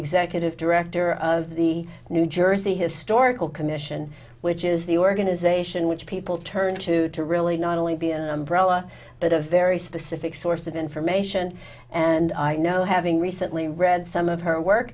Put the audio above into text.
executive director of the new jersey historical commission which is the organization which people turn to to really not only be an umbrella but a very specific source of information and i know having recently read some of her work